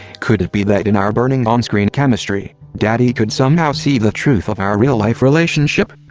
could it be that in our burning onscreen chemistry, daddy could somehow see the truth of our real life relationship?